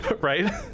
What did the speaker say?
right